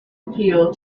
appeal